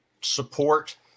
support